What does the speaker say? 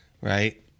right